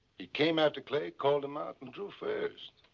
he came after clay, called him up and drew first.